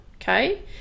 okay